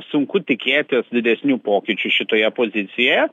sunku tikėtis didesnių pokyčių šitoje pozicijoje